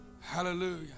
Hallelujah